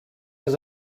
oedd